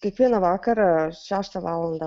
kiekvieną vakarą šeštą valandą